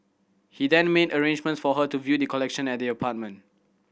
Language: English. he then made arrangements for her to view the collection at the apartment